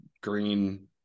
green